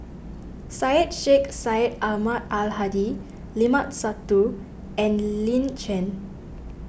Syed Sheikh Syed Ahmad Al Hadi Limat Sabtu and Lin Chen